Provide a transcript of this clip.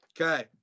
Okay